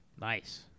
Nice